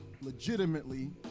legitimately